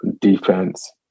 defense